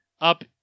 up